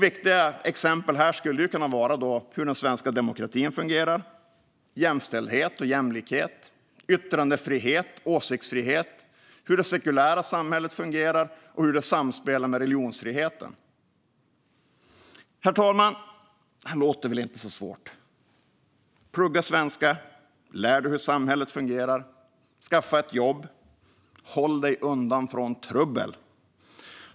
Viktiga exempel här skulle kunna vara hur den svenska demokratin fungerar, jämställdhet och jämlikhet, yttrandefrihet, åsiktsfrihet, hur det sekulära samhället fungerar och hur det samspelar med religionsfriheten. Herr talman! Det här låter väl inte så svårt. Plugga svenska, lär dig hur samhället fungerar, skaffa ett jobb, håll dig undan från trubbel!